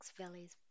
Valley's